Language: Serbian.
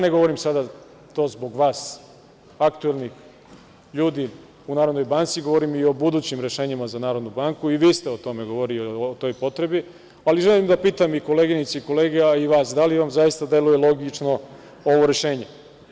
Ne govorim sada to zbog vas aktuelnih ljudi u Narodnoj banci, govorim i o budućim rešenjima za Narodnu banku i vi ste govorili o toj potrebi, ali želim da pitam kolenice i kolege, a i vas – da li vam zaista deluje logično ovo rešenje?